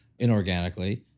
inorganically